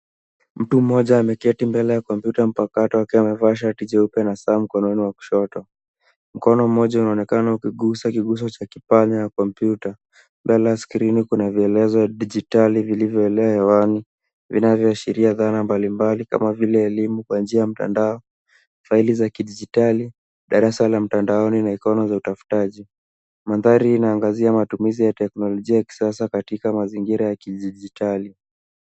Mtu mmoja ameketi mbele ya kompyuta mpakato akiwa amevaa shati jeupe na saa mkononi wa kushoto. Mkono mmoja unaonekana ukigusa kiguso cha kipanya cha kompyuta. Mbele ya skrini kuna vielezo digitali vilivyoelea hewani vinavyoashiria dhana mbalimbali kama vile elimu kwa njia ya mtandao, faili za kidigitali, darasa la mtandaoni na ikoni za utafutaji. Mandhari ina angazia matumizi ya teknolojia ya kisasa katika mazingira ya kidigitali.